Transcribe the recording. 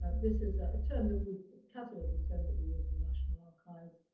ah this is a term that we a cataloguing term that we use in the national archives.